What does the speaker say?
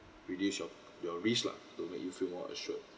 reduce your your risk lah to make you feel more assured